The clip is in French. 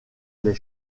des